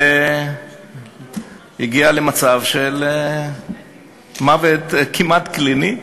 היא הגיעה למצב של כמעט מוות קליני,